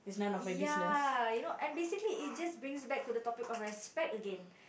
ya you know and basically it just brings back to the topic of respect again